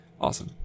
awesome